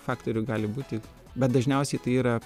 faktorių gali būti bet dažniausiai tai yra